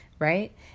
right